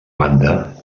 banda